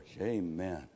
Amen